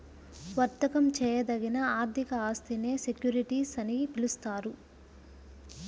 వర్తకం చేయదగిన ఆర్థిక ఆస్తినే సెక్యూరిటీస్ అని పిలుస్తారు